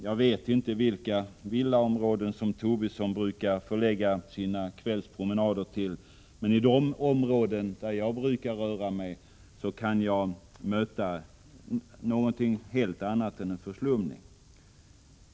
Jag vet inte vilka villaområden Tobisson brukar förlägga sina kvällspromenader till, men i de områden där jag brukar röra mig möter jag någonting helt annat än förslumning.